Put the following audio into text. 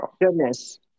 Goodness